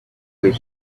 would